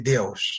Deus